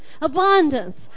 Abundance